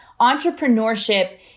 entrepreneurship